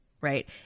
right